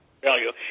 value